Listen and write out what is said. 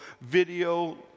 Video